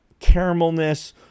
caramelness